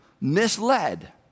misled